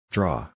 Draw